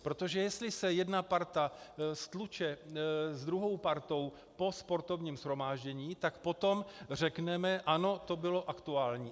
Protože jestli se jedna parta stluče s druhou partou po sportovním shromáždění, tak potom řekneme ano, to bylo aktuální.